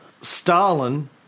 Stalin